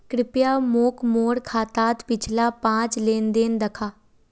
कृप्या मोक मोर खातात पिछला पाँच लेन देन दखा